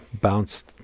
bounced